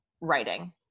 writing